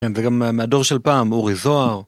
כן, וגם מהדור של פעם, אורי זוהר.